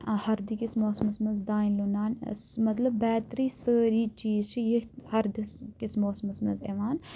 ہَردٕ کِس موسمس منٛز دانہِ لونان مطلب بیتری سٲری چیٖز چھِ یتھۍ ہَردس کِس موسمَس منٛز یِوان